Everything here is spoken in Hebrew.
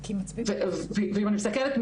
ואם אני מסתכלת,